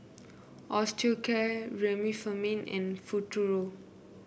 Osteocare Remifemin and Futuro